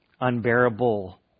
unbearable